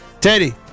Teddy